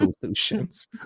solutions